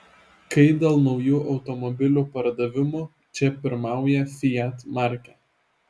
kai dėl naujų automobilių pardavimų čia pirmauja fiat markė